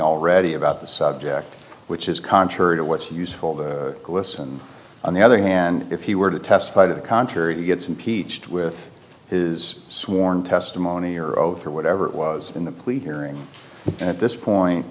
already about the subject which is contrary to what's useful glisten on the other hand if he were to testify to the contrary he gets impeached with his sworn testimony or oath or whatever it was in the plea hearing at this point